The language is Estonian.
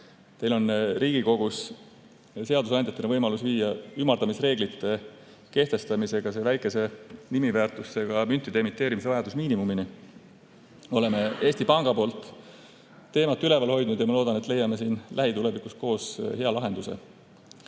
Teil on Riigikogus seadusandjatena võimalus viia ümardamisreeglite kehtestamisega nende väikese nimiväärtusega müntide emiteerimise vajadus miinimumini. Oleme Eesti Panga poolt teemat üleval hoidnud ja ma loodan, et leiame siin lähitulevikus koos hea lahenduse.